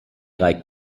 like